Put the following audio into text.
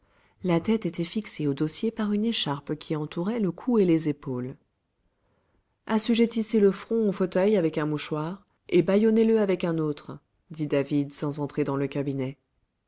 la tête était fixée au dossier par une écharpe qui entourait le cou et les épaules assujettissez le front au fauteuil avec un mouchoir et bâillonnez le avec un autre dit david sans entrer dans le cabinet